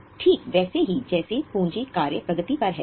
ठीक वैसे ही जैसे पूंजी कार्य प्रगति पर है